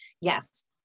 Yes